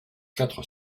quatre